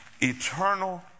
Eternal